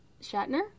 Shatner